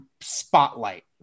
spotlight